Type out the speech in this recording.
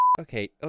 okay